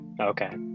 okay